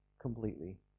completely